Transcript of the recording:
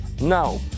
now